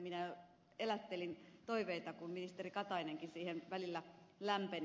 minä elättelin toiveita kun ministeri katainenkin sille välillä lämpeni